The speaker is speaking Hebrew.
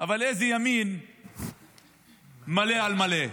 אבל איזה ימין מלא על מלא?